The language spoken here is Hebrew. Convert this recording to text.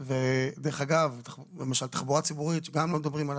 ודרך אגב תחבורה ציבורית שגם לא מדברים עליה,